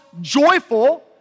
joyful